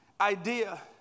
idea